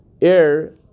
Air